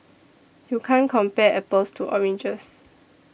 you can't compare apples to oranges